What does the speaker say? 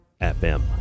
FM